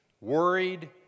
worried